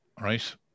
right